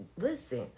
listen